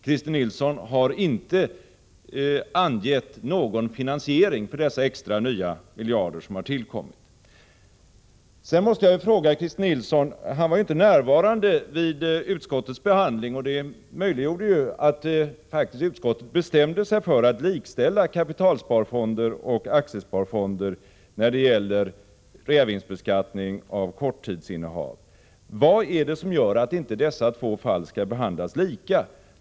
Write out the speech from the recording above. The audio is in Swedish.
Christer Nilsson har inte angett någon finansiering för dessa extra miljoner som har tillkommit. Christer Nilsson var inte närvarande vid utskottets behandling, och det möjliggjorde att utskottet faktiskt bestämde sig för att likställa kapitalsparfonder och aktiesparfonder när det gäller reavinstbeskattning av korttidsinnehav. Vad är det som gör att inte dessa två fall skall behandlas lika?